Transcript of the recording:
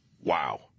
Wow